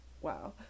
wow